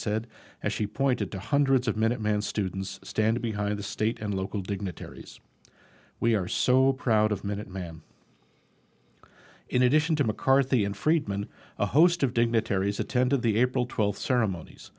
said as she pointed to hundreds of minuteman students stand behind the state and local dignitaries we are so proud of minute ma'am in addition to mccarthy and friedman a host of dignitaries attended the april twelfth ceremonies